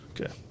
Okay